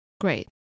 great